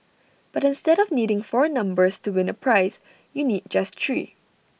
but instead of needing four numbers to win A prize you need just three